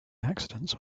accidents